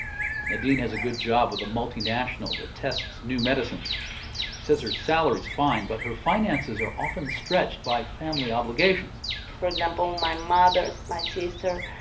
nadin has a good job with a multinational that tests new medicines. she says her salary's fine, but her finances are often stretched by family obligations for example, my mother, my sister.